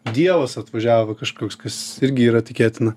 dievas atvažiavo kažkoks kas irgi yra tikėtina